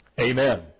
Amen